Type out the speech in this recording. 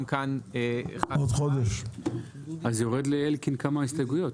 כאן במקום 1 במאי אז יורד לאלקין כמה הסתייגות,